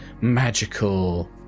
magical